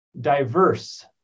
diverse